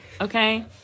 Okay